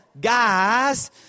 guys